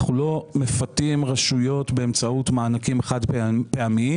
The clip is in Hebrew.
אנחנו לא מפתים רשויות באמצעות מענקים חד פעמיים.